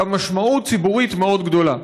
גם משמעות ציבורית מאוד גדולה,